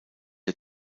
der